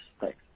Thanks